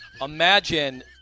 Imagine